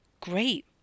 Great